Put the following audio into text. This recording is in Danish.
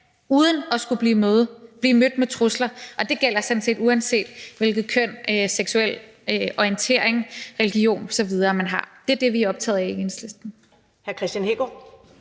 uden at skulle blive mødt med trusler, og det gælder sådan set, uanset hvilket køn, hvilken seksuel orientering, religion osv. man har. Det er det, vi er optaget af i Enhedslisten.